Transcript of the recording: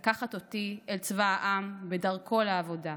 / לקחת אותי אל צבא העם / בדרכו לעבודה.